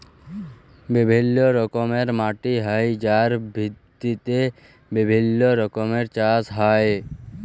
বিভিল্য রকমের মাটি হ্যয় যার ভিত্তিতে বিভিল্য রকমের চাস হ্য়য়